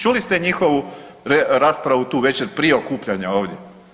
Čuli ste njihovu raspravu tu večer prije okupljanja ovdje.